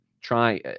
try